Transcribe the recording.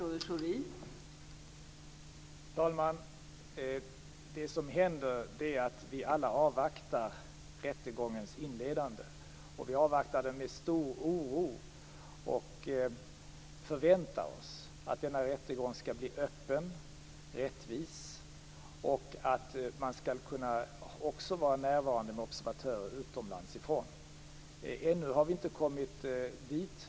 Fru talman! Det som händer är att vi alla avvaktar rättegångens inledning, och vi avvaktar den med stor oro och förväntar oss att denna rättegång skall bli öppen och rättvis och att utländska observatörer skall kunna vara närvarande. Ännu har vi inte kommit dit.